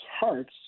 hearts